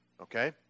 Okay